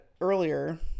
earlier